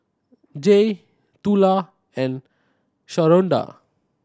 Jaye Tula and Sharonda